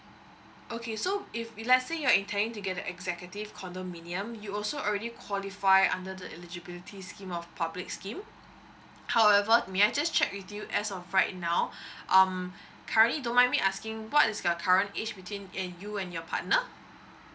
okay so if let's say you're intending to get an executive condominium you also already qualify under the eligibility scheme of public scheme however may I just check with you as of right now um currently don't mind me asking what is your current age between in you and your partner